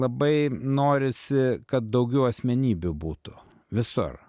labai norisi kad daugiau asmenybių būtų visur